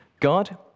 God